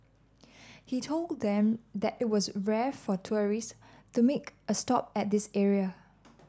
he told them that it was rare for tourists to make a stop at this area